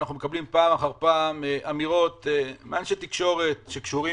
אנחנו מקבלים פעם אחר פעם אמירות מאנשי תקשורת הקשורים